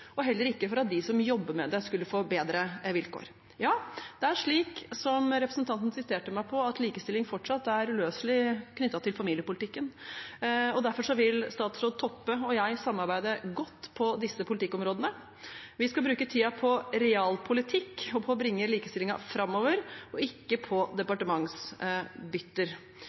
og heller ikke for at de som jobber med det, skulle få bedre vilkår. Ja, det er slik som representanten siterte meg på, at likestilling fortsatt er uløselig knyttet til familiepolitikken. Derfor vil statsråd Toppe og jeg samarbeide godt på disse politikkområdene. Vi skal bruke tiden på realpolitikk og på å bringe likestillingen framover, ikke på